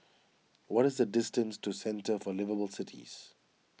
what is the distance to Centre for Liveable Cities